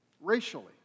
racially